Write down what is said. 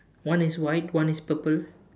one is white one is purple